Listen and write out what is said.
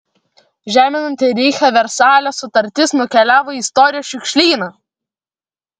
žeminanti reichą versalio sutartis nukeliavo į istorijos šiukšlyną